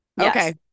Okay